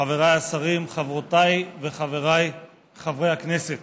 חבריי השרים, חברותיי וחבריי חברי הכנסת